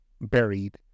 buried